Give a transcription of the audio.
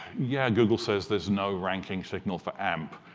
yeah, google says there's no ranking signal for amp,